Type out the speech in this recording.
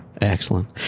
Excellent